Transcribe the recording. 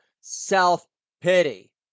self-pity